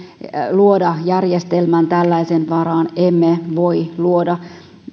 luoda järjestelmän tällaisen varaan emme voi luoda